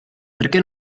perché